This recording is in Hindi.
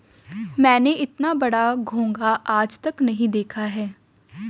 मैंने इतना बड़ा घोंघा आज तक नही देखा है